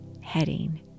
heading